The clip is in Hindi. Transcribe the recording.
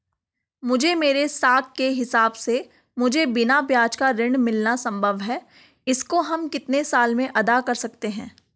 मुझे मेरे साख के हिसाब से मुझे बिना ब्याज का ऋण मिलना संभव है इसको हम कितने साल में अदा कर सकते हैं?